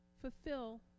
fulfill